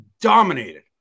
dominated